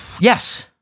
Yes